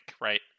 right